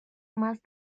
más